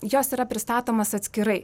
jos yra pristatomos atskirai